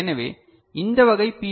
எனவே இந்த வகை பி